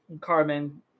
Carmen